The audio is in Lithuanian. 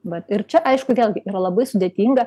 vat ir čia aišku vėlgi yra labai sudėtinga